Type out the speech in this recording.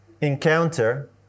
encounter